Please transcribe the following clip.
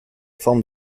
forme